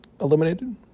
eliminated